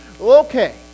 okay